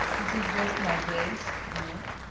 this is just my base, you know?